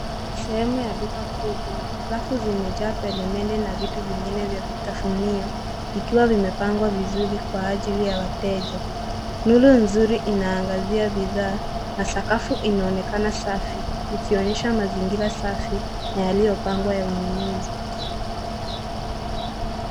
Sehemu ya duka kubwa rafu zimejaa peremende na vitu vingine vya vitafunio vikiwa vimepangwa vizuri kwa ajili ya wateja. Nuru nzuri inaangazia bidhaa na sakafu inaonekana safi ikionyesha mazingira safi na yaliyopangwa ya ununuzi.